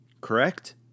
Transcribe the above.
correct